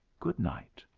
good night.